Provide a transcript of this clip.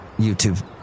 YouTube